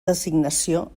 designació